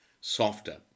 Softer